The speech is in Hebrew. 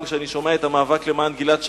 כשאני שומע את המאבק למען גלעד שליט,